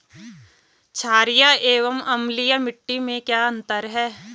छारीय एवं अम्लीय मिट्टी में क्या अंतर है?